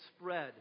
spread